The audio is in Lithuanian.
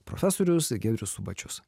profesorius giedrius subačius